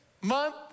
month